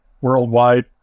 worldwide